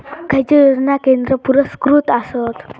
खैचे योजना केंद्र पुरस्कृत आसत?